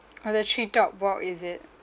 oh the treetop walk is it